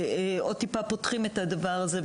ועוד טיפה פותחים את הדבר הזה,